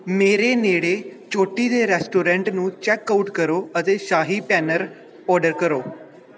ਮੇਰੇ ਨੇੜੇ ਚੋਟੀ ਦੇ ਰੈਸਟੋਰੈਂਟ ਨੂੰ ਚੈੱਕ ਆਉਟ ਕਰੋ ਅਤੇ ਸ਼ਾਹੀ ਪਨੀਰ ਆਰਡਰ ਕਰੋ